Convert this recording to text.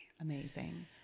Amazing